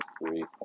three